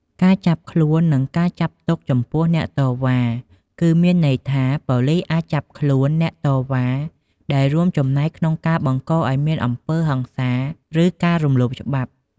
ការចាប់ខ្លួន និងការចាប់ទុកចំពោះអ្នកតវ៉ា គឺមានន័យថាប៉ូលីសអាចចាប់ខ្លួនអ្នកតវ៉ាដែលរួមចំណែកក្នុងការបង្កឲ្យមានអំពើហិង្សា ឬការរំលោភច្បាប់។